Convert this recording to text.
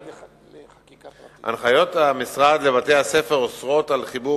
הנחיות המשרד לבתי-הספר אוסרות חיבור